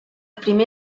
primer